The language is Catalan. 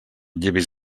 llevis